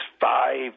five